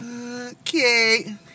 Okay